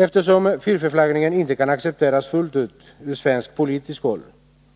Eftersom fiffelflaggningen inte kan accepteras fullt ut från svenskt politiskt håll